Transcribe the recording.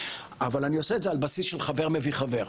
אבל עשיתי את זה על בסיס של חבר מביא חבר.